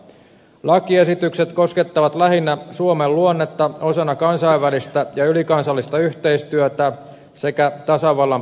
lakiesitykset koskettavat lähinnä suomen luonnetta osana kansainvälistä ja ylikansallista yhteistyötä sekä tasavallan presidentin valtaoikeuksia